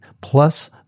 plus